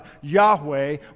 Yahweh